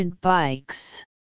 bikes